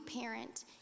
parent